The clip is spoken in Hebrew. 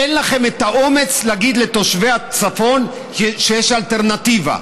אין לכם את האומץ להגיד לתושבי הצפון שיש אלטרנטיבה.